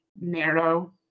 narrow